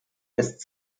lässt